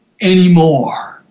anymore